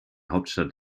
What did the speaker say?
hauptstadt